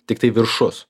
tiktai viršus